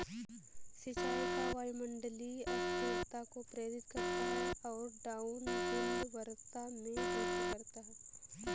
सिंचाई का वायुमंडलीय अस्थिरता को प्रेरित करता है और डाउनविंड वर्षा में वृद्धि करता है